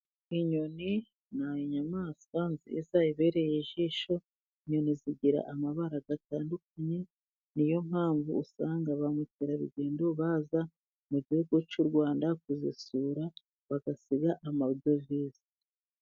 Inyoni ni inyamaswa nziza ibereye ijisho, inyoni zigira amabara atandukanye, niyo mpamvu usanga ba mukerarugendo, baza mu gihugu cy'u Rwanda kuzisura bagasiga amadovize.